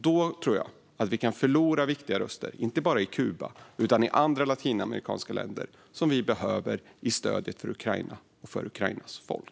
Då tror jag att vi kan förlora viktiga röster, inte bara i Kuba utan i andra latinamerikanska länder, som vi behöver i stödet för Ukraina och för Ukrainas folk.